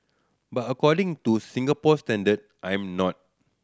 but according to Singaporean standard I'm not